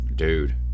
dude